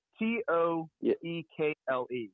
t-o-e-k-l-e